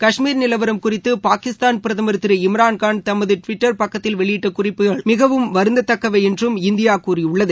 கஷ்மீர் நிலவரம் குறித்து பாகிஸ்தான் பிரதமர் திரு இம்ரான்கான் தமது டுவிட்டர் பக்கத்தில் வெளியிட்ட குறிப்புகள் மிகவும் வருந்தத்தக்கவை என்றும் இந்தியா கூறியுள்ளது